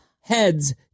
heads